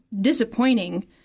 disappointing